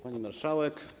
Pani Marszałek!